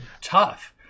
tough